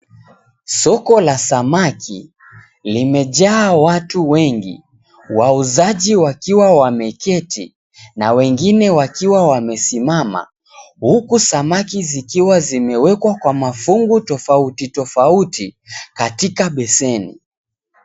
Soko la samaki limejaa watu wengi, wauuzaji wakiwa wameketi na wengine wakiwa wamesimama huku samaki zikiwa zimewekwa kwa mafungu tofauti tofauti katika beseni.